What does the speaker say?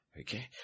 Okay